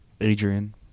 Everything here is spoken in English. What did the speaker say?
Adrian